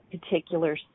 particular